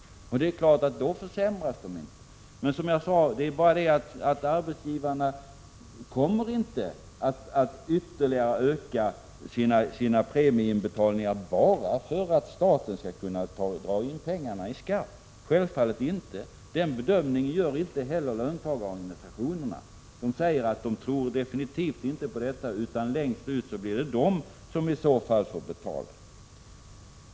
Och då är det klart att det inte blir någon försämring. Men som jag sade: Arbetsgivarna kommer inte att ytterligare öka sina premieinbetalningar bara därför att staten skall kunna dra in pengarna i skatt — självfallet inte. Den bedömningen gör inte heller löntagarorganisationerna. De säger att de definitivt inte tror på detta, utan att det i så fall i förlängningen blir de som får betala.